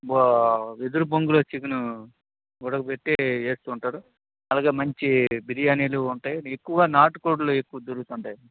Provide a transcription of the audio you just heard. బా వెదురు బొంగులో చికెన్ ఉడకపెట్టి వేపుతూ ఉంటారు అలాగే మంచి బిర్యానీలు ఉంటాయి ఎక్కువగా నాటుకోళ్ళు దొరుకుతుఉ ఉంటాయి